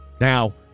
Now